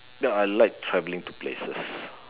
ya I like travelling to places